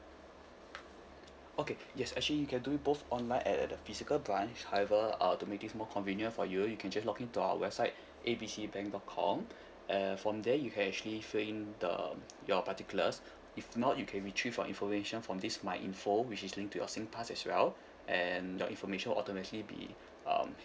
okay yes actually you can do it both online and at the physical branch however uh to make this more convenient for you you can just login to our website A B C bank dot com and from there you can actually fill in the um your particulars if not you can retrieve your information from this my info which is linked to your singpass as well and your information will automatically be um